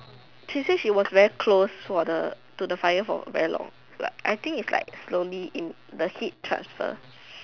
she say she was very close for the to the fire for very long like I think it's like slowly in the heat transfer